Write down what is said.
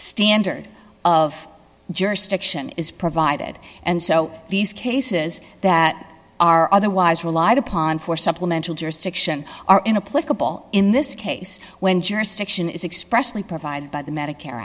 standard of jurisdiction is provided and so these cases that are otherwise relied upon for supplemental jurisdiction are in a political ball in this case when jurisdiction is expressly provided by the medicare